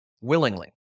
willingly